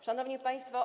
Szanowni Państwo!